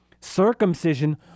circumcision